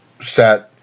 set